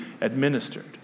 administered